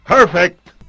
Perfect